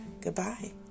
Goodbye